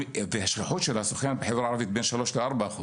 והשכיחות של הסוכן בחברה הערבית בין 3% ל-4%